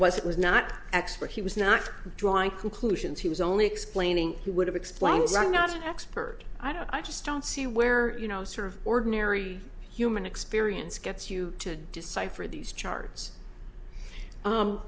was it was not expert he was not drawing conclusions he was only explaining he would have explained it's not an expert i just don't see where you know sort of ordinary human experience gets you to decipher these charts